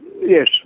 Yes